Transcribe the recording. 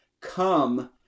come